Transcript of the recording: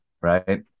right